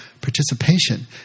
participation